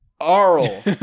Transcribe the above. Arl